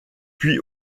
puis